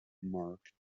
mark